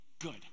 good